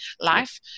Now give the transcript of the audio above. life